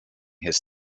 his